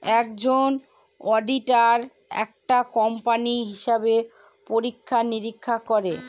একজন অডিটার একটা কোম্পানির হিসাব পরীক্ষা নিরীক্ষা করে